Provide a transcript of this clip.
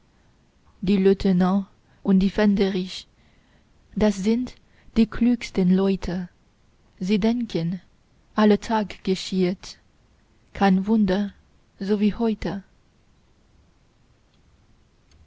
die leutnants und die fähnderichs das sind die klügsten leute sie denken alle tag geschieht kein wunder so wie heute